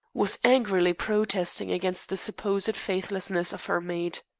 was angrily protesting against the supposed faithlessness of her mate.